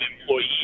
employees